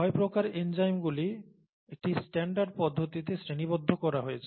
ছয় প্রকার এনজাইমগুলি একটি স্ট্যান্ডার্ড পদ্ধতিতে শ্রেণীবদ্ধ করা হয়েছে